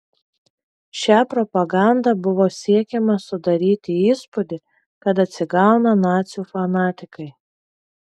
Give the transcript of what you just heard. šia propaganda buvo siekiama sudaryti įspūdį kad atsigauna nacių fanatikai